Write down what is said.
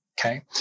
Okay